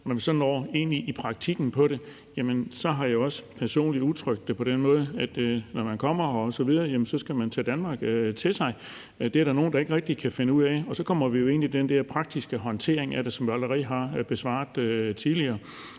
når vi så når til praktikken i det, har jeg jo personligt udtrykt det på den måde, at når man kommer hertil osv., skal man tage Danmark til sig. Det er der nogen der ikke rigtig kan finde ud af. Og så kommer vi ind i spørgsmålet om den praktiske håndtering af det, som jeg jo allerede har besvaret tidligere.